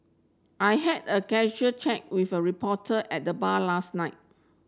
I had a casual chat with a reporter at the bar last night